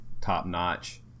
top-notch